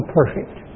perfect